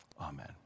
Amen